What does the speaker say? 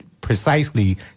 precisely